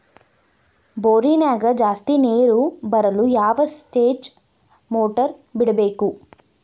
ಬೋರಿನ್ಯಾಗ ಜಾಸ್ತಿ ನೇರು ಬರಲು ಯಾವ ಸ್ಟೇಜ್ ಮೋಟಾರ್ ಬಿಡಬೇಕು?